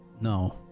No